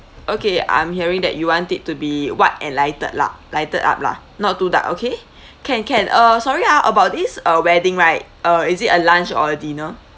okay I'm hearing that you want it to be white and lighted lah lighted up lah not too dark okay can can uh sorry ah about this uh wedding right uh is it a lunch or a dinner